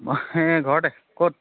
মই ঘৰতে ক'ত